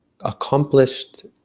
accomplished